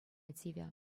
тивӗ